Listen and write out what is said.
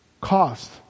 cost